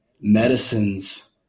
Medicines